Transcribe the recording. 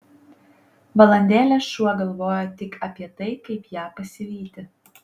valandėlę šuo galvojo tik apie tai kaip ją pasivyti